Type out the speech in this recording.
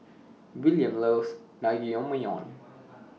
William loves Naengmyeon